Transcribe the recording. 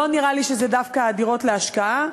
לא נראה לי שזה דווקא הדירות להשקעה,